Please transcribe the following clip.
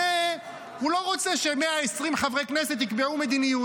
הוא לא רוצה ש-120 חברי כנסת יקבעו מדיניות.